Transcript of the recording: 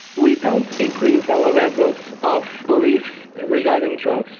we don't increase our levels of police regarding drugs.